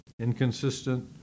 inconsistent